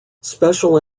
special